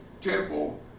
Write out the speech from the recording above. temple